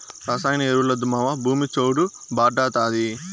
రసాయన ఎరువులొద్దు మావా, భూమి చౌడు భార్డాతాది